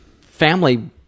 family